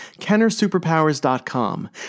KennerSuperPowers.com